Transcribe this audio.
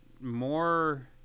more